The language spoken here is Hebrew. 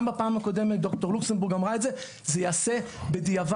גם בפעם הקודמת ד"ר לוקסנבורג אמרה את זה זה ייעשה בדיעבד.